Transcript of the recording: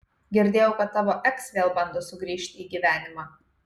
girdėjau kad tavo eks vėl bando sugrįžt į gyvenimą